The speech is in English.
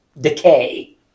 decay